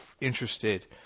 interested